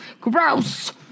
Gross